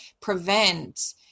prevent